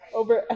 over